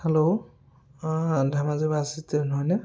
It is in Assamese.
হেল্ল' ধেমাজি বাছ ষ্টেণ্ড হয়নে